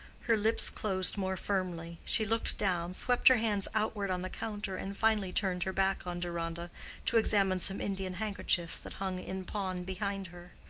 her lips closed more firmly, she looked down, swept her hands outward on the counter, and finally turned her back on deronda to examine some indian handkerchiefs that hung in pawn behind her.